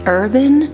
urban